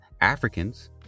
Africans